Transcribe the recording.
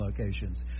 locations